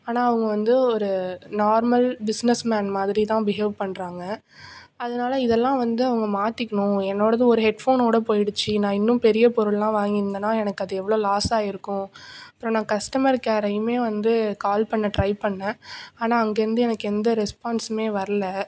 ஆனால் அவங்க வந்து ஒரு நார்மல் பிஸ்னஸ்மேன் மாதிரி தான் பிஹேவ் பண்ணுறாங்க அதனால இதெல்லாம் வந்து அவங்க மாற்றிக்கிணும் என்னோடயது ஒரு ஹெட்ஃபோனோடு போயிடுச்சு நான் இன்னும் பெரிய பொருளெலாம் வாங்கிருந்தன்னா எனக்கு அது எவ்வளோ லாஸ் ஆயிருக்கும் அப்புறோம் நான் கஸ்டமர் கேரையுமே வந்து கால் பண்ண ட்ரை பண்ணிணேன் ஆனால் அங்கேயிருந்து எனக்கு எந்த ரெஸ்பான்ஸுமே வரல